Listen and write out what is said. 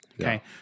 okay